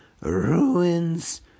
ruins